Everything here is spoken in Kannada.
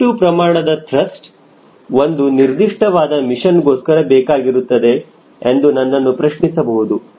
ಈಗ ಎಷ್ಟು ಪ್ರಮಾಣದ ತ್ರಸ್ಟ್ ಒಂದು ನಿರ್ದಿಷ್ಟವಾದ ಮಿಷನ್ ಗೋಸ್ಕರ ಬೇಕಾಗಿರುತ್ತದೆ ಎಂದು ನನ್ನನ್ನು ಪ್ರಶ್ನಿಸಬಹುದು